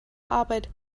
arbeit